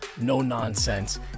no-nonsense